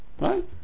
Right